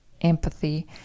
empathy